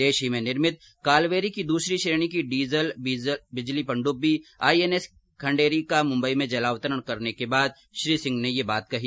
देश में ही निर्मित कालवेरी की दूसरी श्रेणी की डीजल बिजली पनडुब्बी आई एन एस खंडेरी का मुंबई में जलावतरण करने के बाद श्री सिंह ने ये बात कही